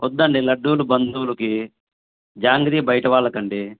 వద్దండి లడ్లు బంధువులకు జాంగ్రీ బయట వాళ్ళకు అండి